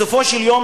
בסופו של יום,